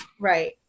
Right